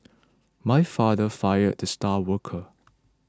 my father fired the star worker